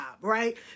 right